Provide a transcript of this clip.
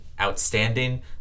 outstanding